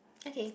okay